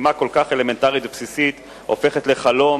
שהיא משימה כל כך אלמנטרית ובסיסית, הופכת לחלום